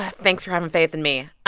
ah thanks for having faith in me